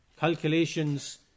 calculations